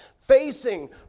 facing